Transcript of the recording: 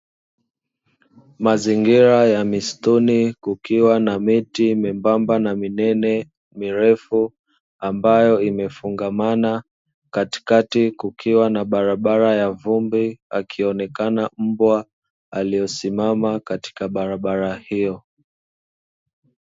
Mazingira ya mistuni kukiwa na miti miembamba, minene na mirefu ambayo imefungamana. Katikati kukiwa na barabara ya vumbi, akionekana mbwa aliyesimama katika barabara hiyo.